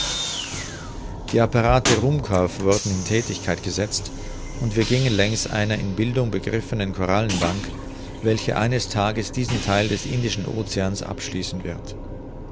die apparate ruhmkorff wurden in thätigkeit gesetzt und wir gingen längs einer in bildung begriffenen korallenbank welche eines tages diesen theil des indischen oceans abschließen wird